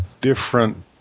different